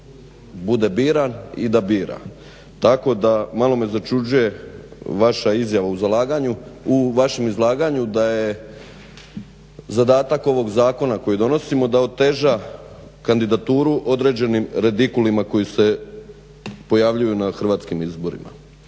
bude biran i da bira. Tako da malo me začuđuje vaša izjava u vašem izlaganju da je zadatak ovog zakona koji donosimo da oteža kandidaturu određenim redikulima koji se pojavljuju na hrvatskim izborima.